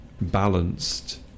balanced